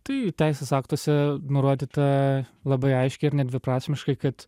tai teisės aktuose nurodyta labai aiškiai ir nedviprasmiškai kad